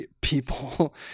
people